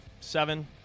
seven